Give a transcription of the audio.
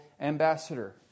ambassador